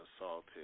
assaulted